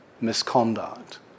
misconduct